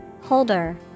Holder